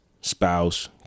spouse